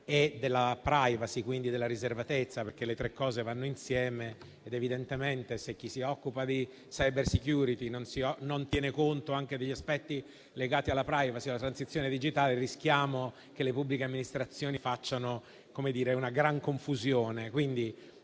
e della *privacy*, e quindi della riservatezza. Le tre cose vanno insieme ed evidentemente, se chi si occupa di *cybersecurity* non tiene conto anche degli aspetti legati alla *privacy* e alla transizione digitale, rischiamo che le pubbliche amministrazioni facciano una grande confusione.